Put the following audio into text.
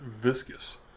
viscous